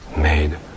made